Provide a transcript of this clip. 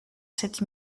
sept